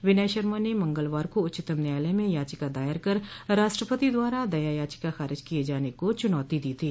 विनय शर्मा ने मंगलवार को उच्चतम न्यायालय में याचिका दायर कर राष्ट्रपति द्वारा दया याचिका खारिज किये जाने को चुनौती दी थी